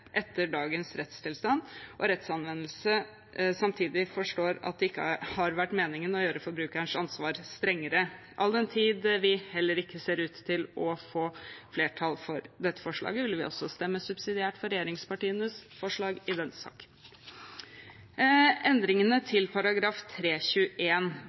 etter dagens rettstilstand og rettsanvendelse, og samtidig forstår vi at det ikke har vært meningen å gjøre forbrukerens ansvar strengere. All den tid vi heller ikke ser ut til å få flertall for dette forslaget, vil vi også stemme subsidiært for regjeringspartienes forslag i denne saken. Endringene